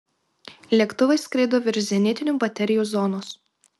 lėktuvai skrido virš zenitinių baterijų zonos